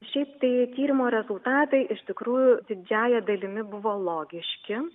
šiaip tai tyrimų rezultatai iš tikrųjų didžiąja dalimi buvo logiški